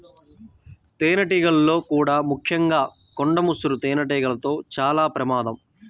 తేనెటీగల్లో కూడా ముఖ్యంగా కొండ ముసురు తేనెటీగలతో చాలా ప్రమాదం